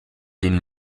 den